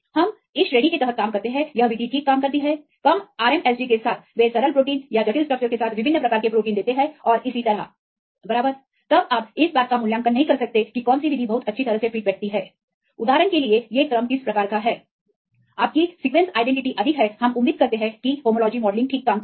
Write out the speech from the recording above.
हम इस श्रेणी के तहत काम करते हैं यह विधि ठीक काम करती है कम RMSDके साथ वे सरल प्रोटीन या जटिल स्ट्रक्चरस के साथ विभिन्न प्रकार के प्रोटीन देते हैं और इसी तरह बराबर तब आप इस बात का मूल्यांकन नहीं कर सकते हैं कि कौन सी विधि बहुत अच्छी तरह से फिट बैठती है उदाहरण के लिए ये क्रम किस प्रकार का है आपकी सीक्वेंसआईडेंटिटी अधिक है हम उम्मीद करते हैं कि होमोलोजी मॉडलिंग ठीक काम करे